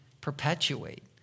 perpetuate